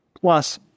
plus